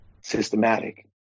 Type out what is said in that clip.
Systematic